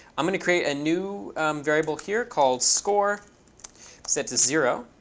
i'm going to create a new variable here called score set to zero.